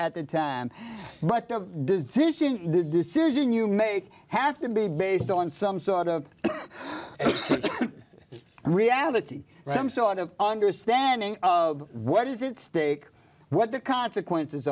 at the time but of decisions the decision you make have to be based on some sort of reality some sort of understanding of what is its stake what the consequences